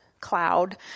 cloud